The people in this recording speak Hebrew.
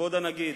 כבוד הנגיד.